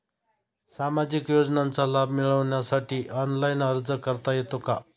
सामाजिक योजनांचा लाभ मिळवण्यासाठी ऑनलाइन अर्ज करता येतो का?